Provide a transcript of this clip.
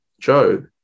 Job